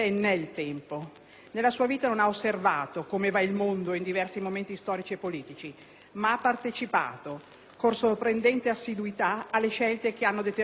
nella sua vita non ha osservato come va il mondo in diversi momenti storici e politici, ma ha partecipato con sorprendente assiduità alle scelte che hanno determinato gli eventi;